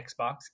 xbox